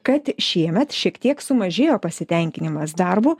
kad šiemet šiek tiek sumažėjo pasitenkinimas darbu